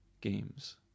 games